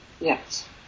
Yes